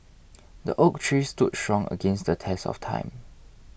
the oak trees stood strong against the test of time